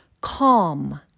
calm